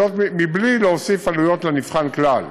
בלי להוסיף עלויות לנבחן כלל.